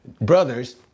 brothers